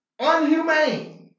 unhumane